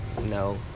No